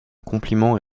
compliment